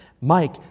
Mike